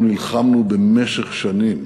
אנחנו נלחמנו במשך שנים